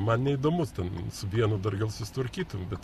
man neįdomus ten su vienu dar gal susitvarkytum bet